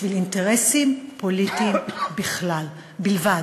בשביל אינטרסים פוליטיים בלבד.